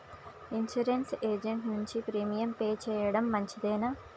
Insurance agent నుండి premium pay చేయడం మంచిదేనా?